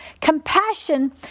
compassion